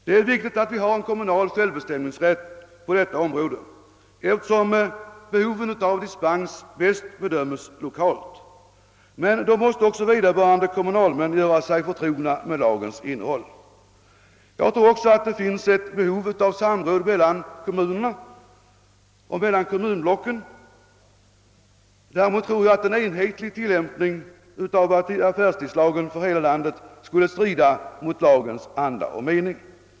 Det är viktigt att vi har en kommunal självbestämmanderätt på detta område eftersom behoven av dispens bäst bedömes lokalt, men då måste också vederbörande kommunalmän göra sig förtrogna med lagens innehåll. Jag tror också att det finns ett behov av samråd mellan kommunerna och mellan kommunblocken. Däremot tror jag att en enhetlig tillämpning av affärstidslagen för hela landet skulle strida mot lagens anda och mening.